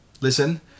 listen